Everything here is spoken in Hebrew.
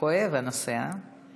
כואב הנושא, אה?